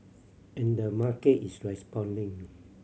and the market is responding